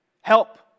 Help